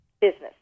business